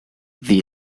the